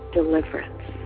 deliverance